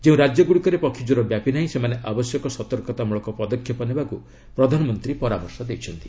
ଯେଉଁ ରାଜ୍ୟଗୁଡ଼ିକରେ ପକ୍ଷୀ ଜ୍ୱର ବ୍ୟାପି ନାହିଁ ସେମାନେ ଆବଶ୍ୟକ ସତର୍କତା ମୂଳକ ପଦକ୍ଷେପ ନେବାକୁ ପ୍ରଧାନମନ୍ତ୍ରୀ ପରାମର୍ଶ ଦେଇଛନ୍ତି